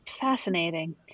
Fascinating